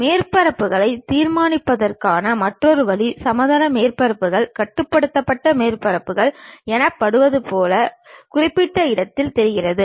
மேற்பரப்புகளை நிர்மாணிப்பதற்கான மற்றொரு வழி சமதள மேற்பரப்புகள் கட்டுப்படுத்தப்பட்ட மேற்பரப்புகள் எனப்படுவது போல குறிப்பிட்ட இடத்தில் தெரிகிறது